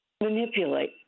Manipulate